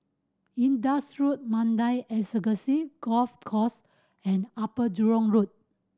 Indus Road Mandai Golf Course and Upper Jurong Road